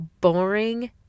boring